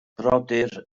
brodyr